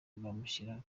bamushyira